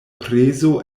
prezo